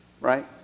right